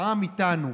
העם איתנו,